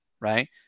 right